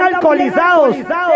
alcoholizados